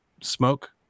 smoke